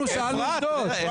אנחנו לא התבלבלנו.